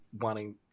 wanting